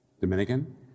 Dominican